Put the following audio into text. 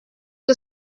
que